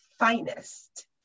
Finest